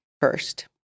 first